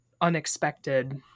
unexpected